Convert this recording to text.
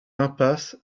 l’impasse